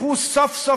ט"ו בחשוון